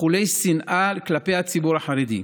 אכולי שנאה כלפי הציבור החרדי,